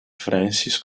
francis